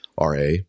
RA